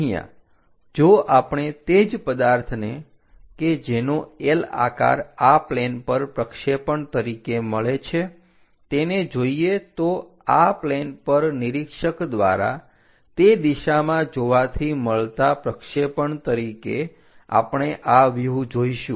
અહીંયા જો આપણે તે જ પદાર્થને કે જેનો L આકાર આ પ્લેન પર પ્રક્ષેપણ તરીકે મળે છે તેને જોઈએ તો આ પ્લેન પર નિરીક્ષક દ્વારા તે દિશામાં જોવાથી મળતાં પ્રક્ષેપણ તરીકે આપણે આ વ્યુહ જોઈશું